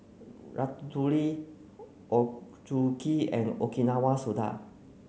Ratatouille Ochazuke and Okinawa Soda